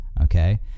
okay